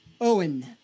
Owen